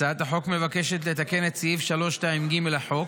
הצעת החוק מבקשת לתקן את סעיף 326(ג) לחוק